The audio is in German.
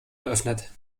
öffnet